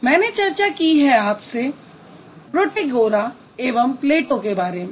मैंने चर्चा की है आपसे प्रोटेगोरा एवं प्लेटो के बारे में